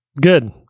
Good